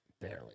Barely